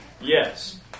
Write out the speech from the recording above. Yes